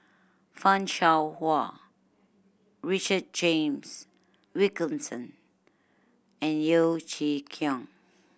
Fan Shao Hua Richard James Wilkinson and Yeo Chee Kiong